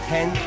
Ten